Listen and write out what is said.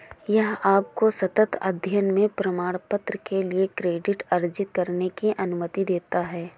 यह आपको सतत अध्ययन में प्रमाणपत्र के लिए क्रेडिट अर्जित करने की अनुमति देता है